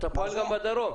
אתה פועל גם בדרום.